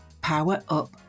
power-up